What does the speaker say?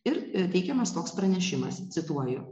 ir ir teikiamas toks pranešimas cituoju